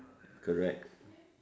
correct